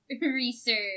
Research